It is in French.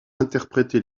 interprété